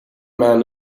man